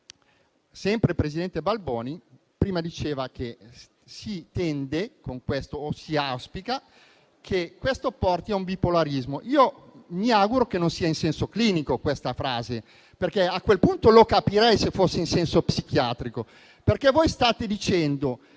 Sempre il presidente Balboni prima diceva che si tende o si auspica che questo porti a un bipolarismo. Mi auguro che non sia in senso clinico, questa frase: ciò perché a quel punto la capirei, se fosse in senso psichiatrico. Voi state dicendo